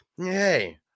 Hey